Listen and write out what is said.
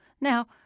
now